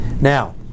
now